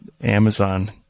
Amazon